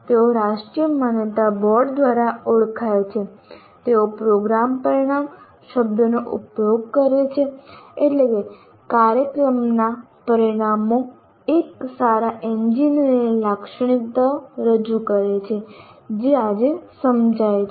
તેઓ રાષ્ટ્રીય માન્યતા બોર્ડ દ્વારા ઓળખાય છે તેઓ પ્રોગ્રામ પરિણામ શબ્દનો ઉપયોગ કરે છે એટલે કે કાર્યક્રમનાં પરિણામો એક સારા એન્જિનિયરની લાક્ષણિકતાઓ રજૂ કરે છે જે આજે સમજાય છે